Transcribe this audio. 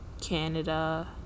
Canada